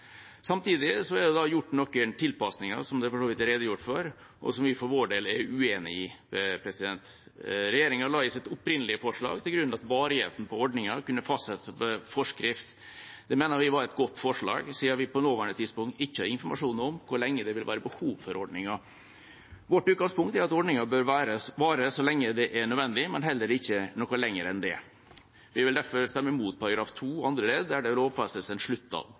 er det gjort noen tilpasninger, som det for så vidt er redegjort for, og som vi for vår del er uenig i. Regjeringa la i sitt opprinnelige forslag til grunn at varigheten på ordningen kunne fastsettes i forskrift. Det mener vi var et godt forslag siden vi på nåværende tidspunkt ikke har informasjon om hvor lenge det vil være behov for ordningen. Vårt utgangspunkt er at ordningen bør vare så lenge det er nødvendig, men heller ikke noe lenger enn det. Vi vil derfor stemme mot § 2 andre ledd, der det lovfestes en